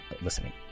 listening